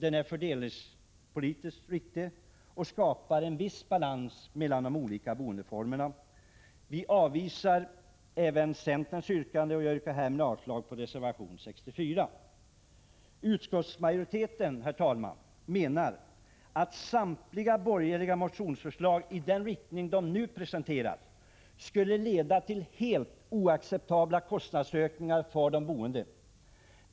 Den är fördelningspolitiskt riktig och skapar en viss balans mellan de olika boendeformerna. Vi avvisar även centerns yrkande, och jag yrkar härmed avslag på reservation nr 64. Herr talman! Utskottsmajoriteten menar att samtliga borgerliga motionsförslag skulle leda till helt oacceptabla kostnadsökningar för de boende.